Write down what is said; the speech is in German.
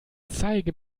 zeige